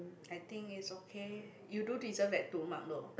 I think is okay you do deserve at two mark low